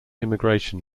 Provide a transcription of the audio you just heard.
immigration